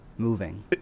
moving